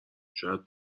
شاید